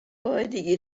قاعدگی